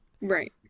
right